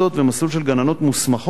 ומסלול של גננות מוסמכות,